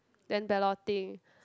then ballot